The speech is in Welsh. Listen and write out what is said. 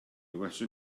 welsom